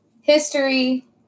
history